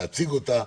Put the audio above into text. להציג אותה.